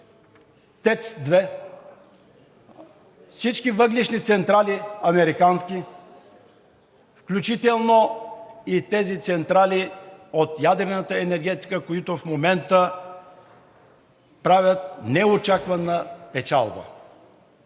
ТЕЦ 2, всички въглищни централи – американски, включително и тези централи от ядрената енергетика, които в момента правят неочаквана печалба.